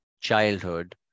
childhood